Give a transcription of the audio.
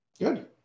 Good